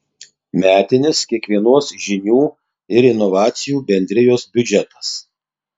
metinis kiekvienos žinių ir inovacijų bendrijos biudžetas